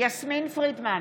יסמין פרידמן,